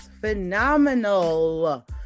phenomenal